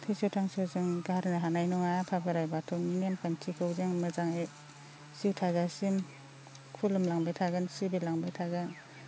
थैस' थांस' जों गारनो हानाय नङा आफा बोराइ बाथौनि नेम खान्थिखौ जों मोजाङै जिउ थाजासिम खुलिमलांबाय थागोन सिबिलांबाय थागोन